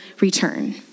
return